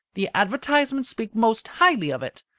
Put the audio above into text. the advertisements speak most highly of it.